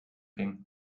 ging